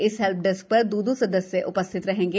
इस help desk र दो दो सदस्य उ स्थित रहेंगे